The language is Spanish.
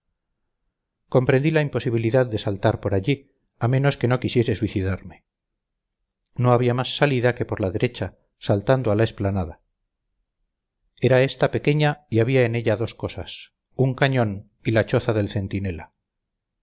comprendí la imposibilidad de saltar por allí a menos que no quisiese suicidarme no había más salida que por la derecha saltando a la explanada era esta pequeña y había en ella dos cosas un cañón y la choza del centinela